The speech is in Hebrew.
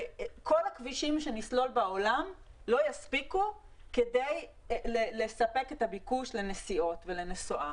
וכל הכבישים שנסלול בעולם לא יספיקו לספק את הביקוש לנסיעות ולנסועה.